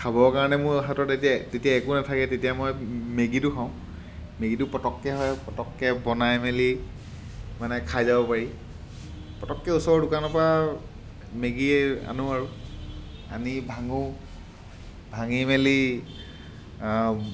খাবৰ কাৰণে মোৰ এতিয়া তেতিয়া একো নাথাকে তেতিয়া মই মেগীটো খাওঁ মেগীটো পটককৈ হয় পটককৈ বনাই মেলি মানে খাই যাব পাৰি পটককৈ ওচৰৰ দোকানৰপৰা মেগীয়ে আনো আৰু আনি ভাঙো ভাঙি মেলি